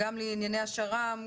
גם לענייני השר"מ,